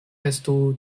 estu